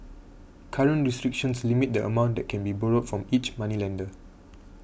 current restrictions limit the amount that can be borrowed from each moneylender